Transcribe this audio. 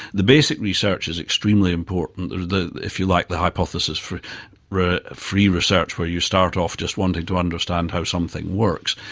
the basic research is extremely important, if you like, the hypothesis for free research where you start off just wanting to understand how something works,